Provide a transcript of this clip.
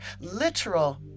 literal